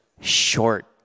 short